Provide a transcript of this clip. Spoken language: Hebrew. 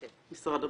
כן, משרד הבריאות,